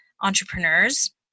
entrepreneurs